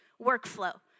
workflow